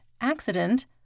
accident